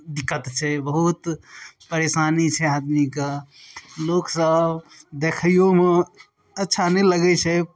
दिक्कत छै बहुत परेशानी छै आदमीके लोक सब देखइयोमे अच्छा नहि लगय छै